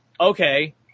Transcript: okay